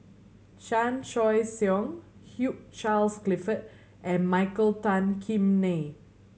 Chan Choy Siong Hugh Charles Clifford and Michael Tan Kim Nei